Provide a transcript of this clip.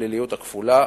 הפליליות הכפולה.